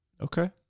Okay